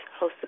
hosted